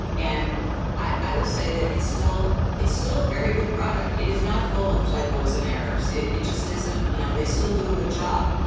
and i will say that it's still it's still a very good product. it is not full of typos and errors. it it just isn't. you know, they still do a good job.